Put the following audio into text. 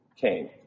came